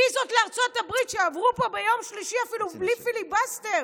ויזות לארצות הברית שעברו פה ביום שלישי אפילו בלי פיליבסטר,